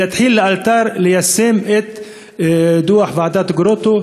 ולהתחיל לאלתר ליישם את דוח ועדת גרוטו